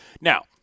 Now